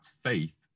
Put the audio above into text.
faith